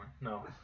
No